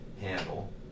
handle